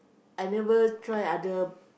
I never try other